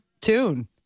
tune